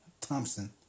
Thompson